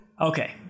okay